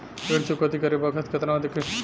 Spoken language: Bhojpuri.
ऋण चुकौती करे बखत केतना किस्त कटी?